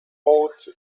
bought